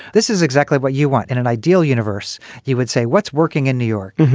this is exactly what you want. in an ideal universe, you would say what's working in new york?